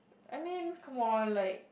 I mean come on like